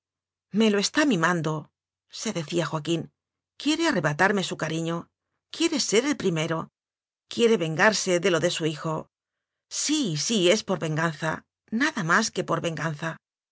me lo está mimandose decía joaquín quiere arre batarme su cariño quiere ser el primero quiere vengarse de lo de su hijo sí sí es por venganza nada más que por venganza